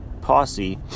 Posse